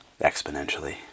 exponentially